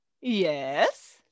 Yes